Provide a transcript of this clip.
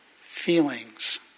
feelings